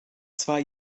zwar